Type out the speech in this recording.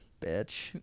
bitch